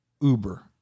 Uber